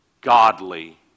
godly